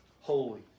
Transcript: holy